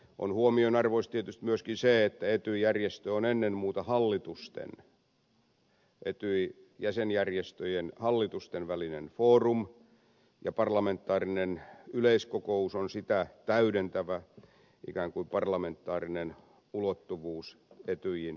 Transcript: on huomionarvoista tietysti myöskin se että ety järjestö on ennen muuta hallitusten ety jäsenjärjestöjen hallitusten välinen forum ja parlamentaarinen yleiskokous on sitä täydentävä ikään kuin parlamentaarinen ulottuvuus etyjin toiminnassa